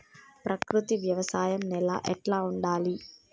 ప్రకృతి వ్యవసాయం నేల ఎట్లా ఉండాలి?